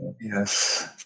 Yes